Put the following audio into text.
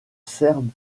serbe